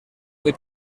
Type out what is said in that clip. muy